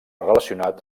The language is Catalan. relacionat